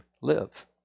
live